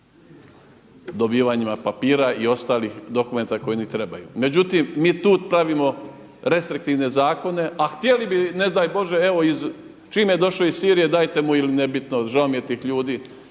dobivanjima papira i ostalih dokumenata koje oni trebaju. Međutim, mi tu pravimo restriktivne zakone a htjeli bi ne daj Bože evo iz, čim je došao iz Sirije dajte mu, ili ne bitno žao mi je tih ljudi